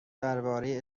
درباره